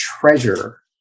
Treasure